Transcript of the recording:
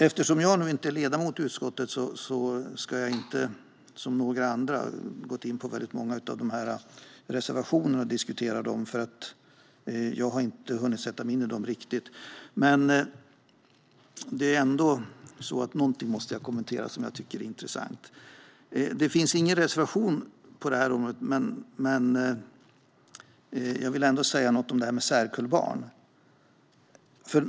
Eftersom jag inte är ledamot i utskottet ska jag inte gå in på så väldigt många av reservationerna och diskutera dem, som några andra har gjort, för jag har inte hunnit sätta mig in i dem riktigt. Men jag vill kommentera någonting som jag tycker är intressant. Det finns ingen reservation på området, men jag vill ändå säga något om det här med särkullbarn.